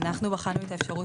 אנחנו בחנו את המסמכים